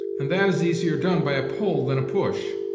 and that is easier done by a pull than a push.